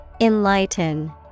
Enlighten